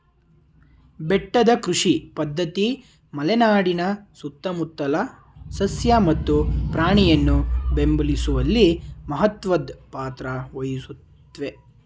ಬೆಟ್ಟದ ಕೃಷಿ ಪದ್ಧತಿ ಮಲೆನಾಡಿನ ಸುತ್ತಮುತ್ತಲ ಸಸ್ಯ ಮತ್ತು ಪ್ರಾಣಿಯನ್ನು ಬೆಂಬಲಿಸುವಲ್ಲಿ ಮಹತ್ವದ್ ಪಾತ್ರ ವಹಿಸುತ್ವೆ